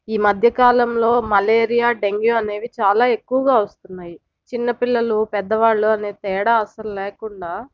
ఈ మధ్యకాలంలో malaria dengue అనేవి చాలా ఎక్కువగా వస్తున్నాయి చిన్న పిల్లలు పెద్దవాళ్ళు అనే తేడా అసలు లేకుండా